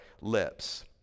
lips